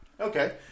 Okay